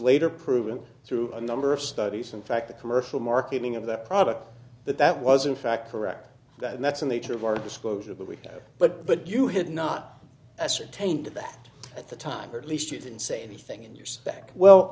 later proven through a number of studies in fact the commercial marketing of that product that that was in fact correct that's the nature of our disclosure but we do but but you had not answered tainted that at the time or at least you didn't say anything in your spec well